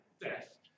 death